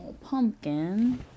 pumpkin